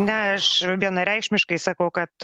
ne aš vienareikšmiškai sakau kad